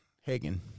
Hagen